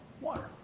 Water